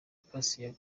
pass